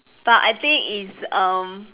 but I think is um